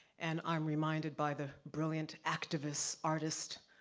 and i'm reminded by the brilliant activist, artist,